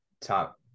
top –